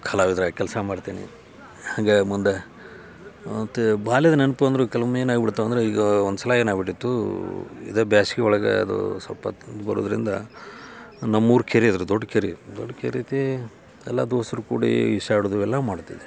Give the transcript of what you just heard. ಕಲಾವಿದ್ರಾಗ ಕೆಲಸ ಮಾಡ್ತೀನಿ ಹಂಗೆ ಮುಂದೆ ಮತ್ತೆ ಬಾಲ್ಯದ ನೆನಪು ಅಂದರೆ ಕೆಲವೊಮ್ಮೆ ಏನಾಗಿ ಬಿಡ್ತು ಅಂದ್ರೆ ಈಗ ಒಂದು ಸಲ ಏನಾಗಿಬಿಟ್ಟಿತ್ತು ಇದೇ ಬ್ಯಾಸ್ಗೆ ಒಳಗೆ ಅದು ಸ್ವಲ್ಪ ಬರೋದ್ರಿಂದ ನಮ್ಮ ಊರ ಕೆರೆ ಐತೆ ರೀ ದೊಡ್ಡ ಕೆರೆ ಐತೆ ದೊಡ್ಡ ಕೆರೆ ಐತೆ ಎಲ್ಲ ದೋಸ್ತರು ಕೂಡಿ ಈಸಾಡುದು ಇವೆಲ್ಲ ಮಾಡ್ತಿದ್ವಿ